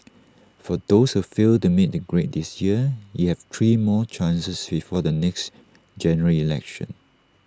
for those who failed to make the grade this year you have three more chances before the next General Election